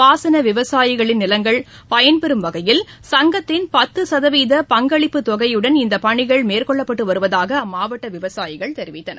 பாசன விவசாயிகளின் நிலங்கள் பயன்பெறும் வகையில் சங்கத்தின் பத்து சதவீத பங்களிப்புத் தொகையுடன் இந்தப் பணிகள் மேற்கொள்ளப்பட்டு வருவதாக அம்மாவட்ட விவசாயிகள் தெரிவித்தனர்